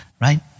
right